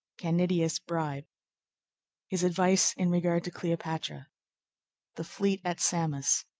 canidius bribed his advice in regard to cleopatra the fleet at samos